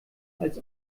als